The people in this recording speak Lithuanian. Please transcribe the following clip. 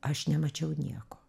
aš nemačiau nieko